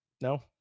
No